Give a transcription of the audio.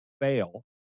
fail